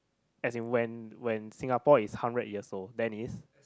as in when when Singapore is hundred years old then it's